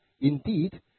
indeed